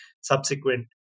subsequent